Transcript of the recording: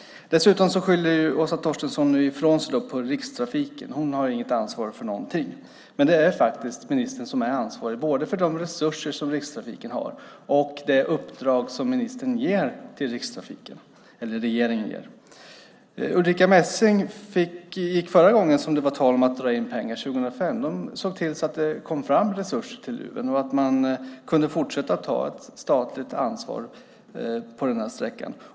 Dessutom skyller Åsa Torstensson ifrån sig på Rikstrafiken. Hon har inget ansvar för någonting. Men det är faktiskt ministern som är ansvarig, både för de resurser som Rikstrafiken har och det uppdrag som regeringen ger till Rikstrafiken. Ulrica Messing gick förra gången det var tal om att dra in pengar, 2005, in och såg till att det kom fram resurser och att man kunde fortsätta ta ett statligt ansvar på den här sträckan.